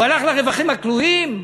הוא הלך לרווחים הכלואים?